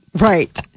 Right